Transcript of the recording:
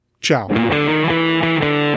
Ciao